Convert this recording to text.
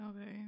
Okay